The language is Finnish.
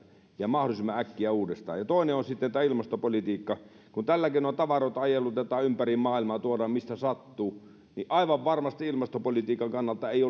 ja mahdollisimman äkkiä uudestaan toinen on sitten tämä ilmastopolitiikka kun täälläkin noita tavaroita ajelutetaan ympäri maailmaa tuodaan mistä sattuu niin aivan varmasti ilmastopolitiikan kannalta ei